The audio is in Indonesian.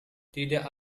tidak